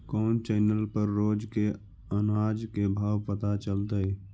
कोन चैनल पर रोज के अनाज के भाव पता चलतै?